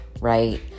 right